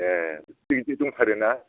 ए गिदिर गिदिर दंथारो ना